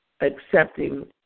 accepting